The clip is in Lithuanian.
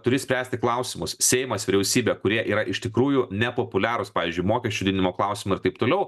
turi spręsti klausimus seimas vyriausybė kurie yra iš tikrųjų nepopuliarūs pavyzdžiui mokesčių didinimo klausimu ir taip toliau